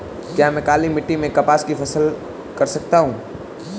क्या मैं काली मिट्टी में कपास की फसल कर सकता हूँ?